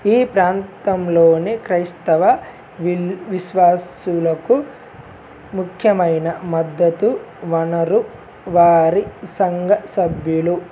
ఈ ప్రాంతంలోని క్రైస్తవ విల్ విశ్వాసులకు ముఖ్యమైన మద్దతు వనరు వారి సంఘ సభ్యులు